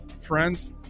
Friends